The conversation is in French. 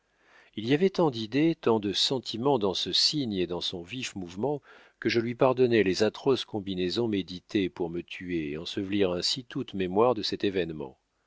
il y avait tant d'idées tant de sentiment dans ce signe et dans son vif mouvement que je lui pardonnai les atroces combinaisons méditées pour me tuer et ensevelir ainsi toute mémoire de cet événement